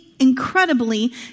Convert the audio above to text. incredibly